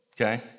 okay